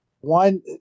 one